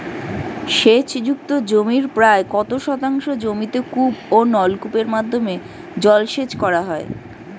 সেচ যুক্ত জমির প্রায় কত শতাংশ জমিতে কূপ ও নলকূপের মাধ্যমে জলসেচ করা হয়?